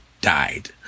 died